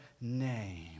name